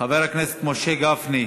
חבר הכנסת משה גפני,